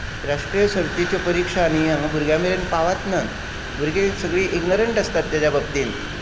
राष्ट्रीय सर्तीची परिक्षा न्ही हांगा भुरग्यां मेरेन पावत नात भुरगीं सगळीं इगनोरंट आसतात ताच्या बाबतींत